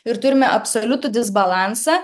ir turime absoliutų disbalansą